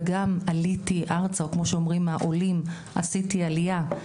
וגם עליתי ארצה, כמו שאומרים העולים עשיתי עלייה.